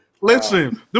Listen